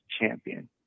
champion